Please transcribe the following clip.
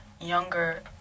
younger